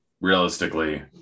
realistically